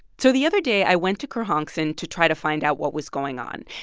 so the other day, i went to kerhonkson to try to find out what was going on.